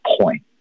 point